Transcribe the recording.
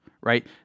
right